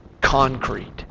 concrete